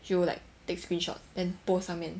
she would like take screenshot then post 上面